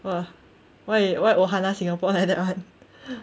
!wah! why why ohana singapore like that [one]